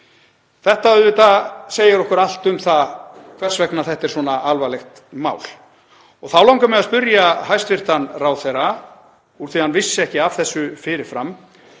Þetta auðvitað segir okkur allt um það hvers vegna þetta er svona alvarlegt mál. Þá langar mig að spyrja hæstv. ráðherra, úr því að hann vissi ekki af þessu fyrir fram: